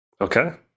Okay